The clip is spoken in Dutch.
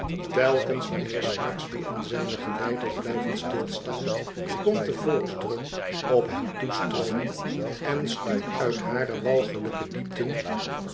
telkens wanneer snagsby en zijne geleiders blijven stilstaan komt de volksdrom op hen toestroomen en stuwt uit hare walgelijke diepten